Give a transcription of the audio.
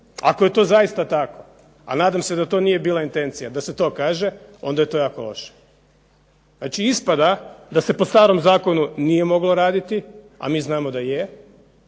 Ako je to zaista tako, a nadam se da to nije bila intencija da se to kaže, onda je to jako loše. Znači ispada da se po starom zakonu nije moglo raditi, a mi znamo da je